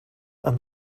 and